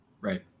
Right